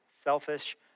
selfish